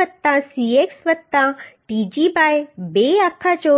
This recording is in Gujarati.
વત્તા Cx વત્તા tg બાય 2 આખા ચોરસ